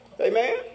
Amen